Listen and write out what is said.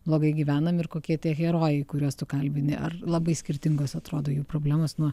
blogai gyvenam ir kokie tie herojai kuriuos tu kalbini ar labai skirtingos atrodo jų problemos nuo